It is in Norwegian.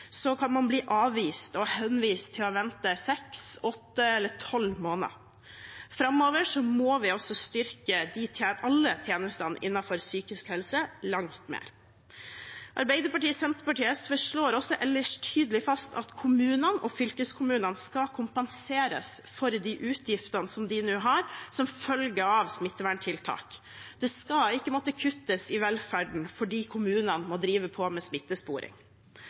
kan man bli avvist og henvist til å vente seks, åtte eller tolv måneder. Framover må vi altså styrke alle tjenestene innenfor psykisk helse langt mer. Arbeiderpartiet, Senterpartiet og SV slår ellers også tydelig fast at kommunene og fylkeskommunene skal kompenseres for de utgiftene som de nå har som følge av smitteverntiltak. Det skal ikke måtte kuttes i velferden fordi kommunene må drive med smittesporing.